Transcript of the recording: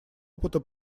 опыта